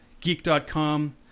geek.com